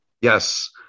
Yes